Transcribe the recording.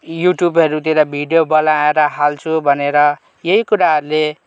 युट्युबहरूतिर भिडियो बनाएर हाल्छु भनेर यही कुराहरले